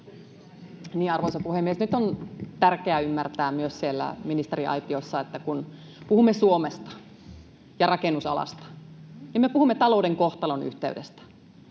Arvoisa puhemies! Nyt on tärkeää ymmärtää myös siellä ministeriaitiossa, että kun puhumme Suomesta ja rakennusalasta, niin me puhumme talouden kohtalonyhteydestä,